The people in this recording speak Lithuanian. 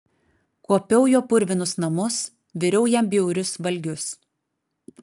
kuopiau jo purvinus namus viriau jam bjaurius valgius